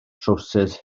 trowsus